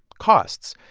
costs.